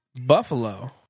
Buffalo